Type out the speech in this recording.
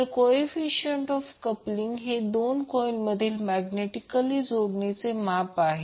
तर coefficient of coupling हे दोन कॉइल मधील मॅग्नेटिकली जोडणीचे माप आहे